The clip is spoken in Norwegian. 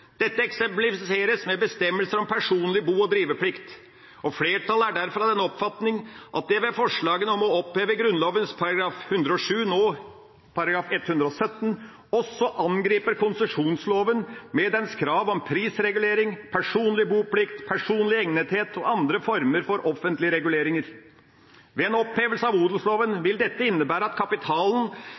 Dette eksemplifiseres med bestemmelser om personlig bo- og driveplikt. Flertallet er derfor av den oppfatning at man med forslagene om å oppheve Grunnloven § 107, nå § 117, også angriper konsesjonsloven med dens krav om prisregulering, personlig boplikt, personlig egnethet og andre former for offentlige reguleringer. Ved en opphevelse av odelsloven vil dette innebære at kapitalen